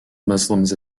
muslims